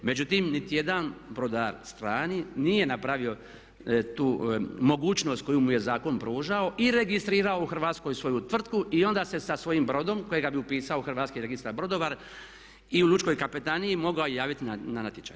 Međutim, niti jedan brodar strani nije napravio tu mogućnost koju mu je zakon pružao i registrirao u Hrvatskoj svoju tvrtku i onda se sa svojim brodom kojega bi upisao u Hrvatski registar brodova i u Lučkoj kapetaniji mogao javiti na natječaj.